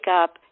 up